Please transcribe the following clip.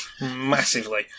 Massively